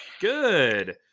Good